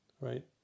right